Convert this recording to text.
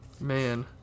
Man